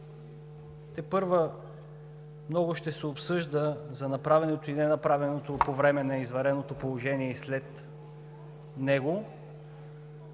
Тепърва много ще се обсъжда за направеното и ненаправеното по време на извънредното положение и след него.